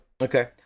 okay